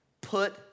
put